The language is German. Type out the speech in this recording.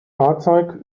fahrzeug